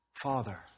Father